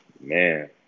Man